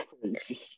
crazy